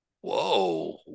Whoa